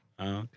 Okay